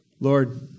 Lord